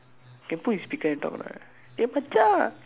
can put in speaker and talk or not eh மச்சா:machsaa